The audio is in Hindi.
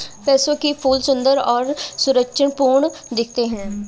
पैंसी के फूल सुंदर और सुरुचिपूर्ण दिखते हैं